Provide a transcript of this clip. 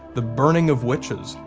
the burning of witches,